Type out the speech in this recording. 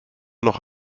noch